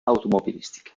automobilistiche